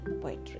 poetry